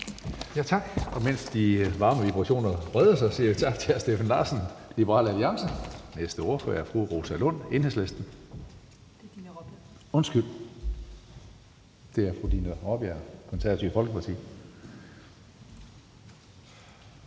Tak. Og mens de varme vibrationer breder sig, siger jeg tak til hr. Steffen Larsen, Liberal Alliance. Næste ordfører er fru Rosa Lund, Enhedslisten. Undskyld – det er fru Dina Raabjerg, Det Konservative Folkeparti.